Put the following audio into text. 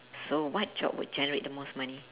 so what job would generate the most money